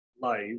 life